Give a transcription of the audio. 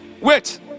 wait